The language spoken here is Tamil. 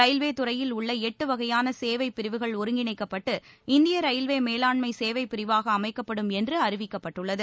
ரயில்வே துறையில் உள்ள எட்டு வகையான சேவை பிரிவுகள் ஒருங்கிணைக்கப்பட்டு இந்திய ரயில்வே மேலாண்மை சேவை பிரிவாக அமைக்கப்படும் என்று அறிவிக்கப்பட்டுள்ளது